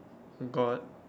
got